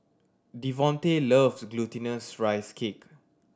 Devonte loves Glutinous Rice Cake